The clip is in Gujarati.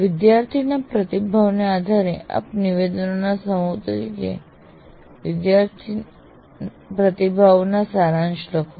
વિદ્યાર્થીના પ્રતિભાવના આધારે આપ નિવેદનોના સમૂહ તરીકે વિદ્યાર્થી પ્રતિભાવનો સારાંશ લખો